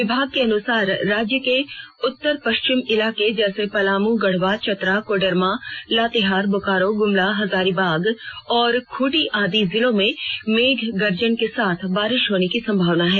विभाग के अनुसार राज्य के उत्तर पश्चिम इलाके जैसे पलामू गढ़वा चतरा कोडरमा लातेहार बोकारो गुमला हजारीबाग और खूंटी आदि जिलों में मेघ गर्जन के साथ बारिश होने की संभावना है